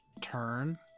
turn